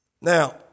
Now